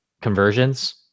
conversions